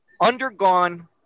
undergone